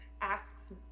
asks